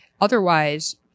otherwise